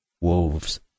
wolves